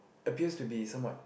appears to be somewhat